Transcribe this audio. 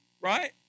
Right